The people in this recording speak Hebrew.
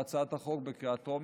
בהצעת החוק בקריאה טרומית.